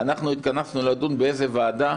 התכנסנו לדון באיזו ועדה